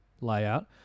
layout